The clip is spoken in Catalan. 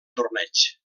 torneig